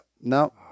no